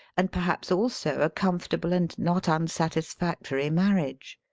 and perhaps also a comfortable and not unsatisfactory marriage.